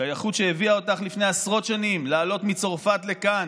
שייכות שהביאה אותך לפני עשרות שנים לעלות מצרפת לכאן,